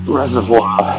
reservoir